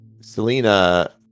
Selena